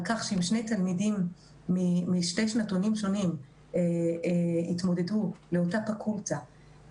ועל כך שאם שני תלמידים משני שנתונים יתמודדו לאותה פקולטה,